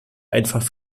einfach